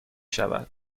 شود